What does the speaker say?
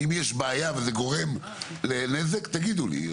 אם יש בעיה וזה גורם נזק, תגידו לי.